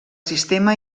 sistema